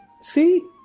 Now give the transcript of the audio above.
See